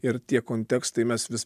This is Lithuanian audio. ir tie kontekstai mes vis